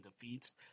defeats